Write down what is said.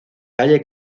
calle